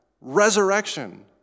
Resurrection